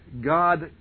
God